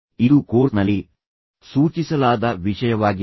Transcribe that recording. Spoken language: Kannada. ಇದು ಕೋರ್ಸ್ನಲ್ಲಿ ಸೂಚಿಸಲಾದ ವಿಷಯವಾಗಿದೆ